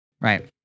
right